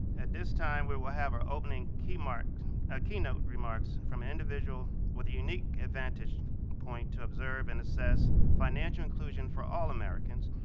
at this time we will have our opening key mark keynote remarks from an individual with the unique advantage point to observe and assess financial inclusion for all americans,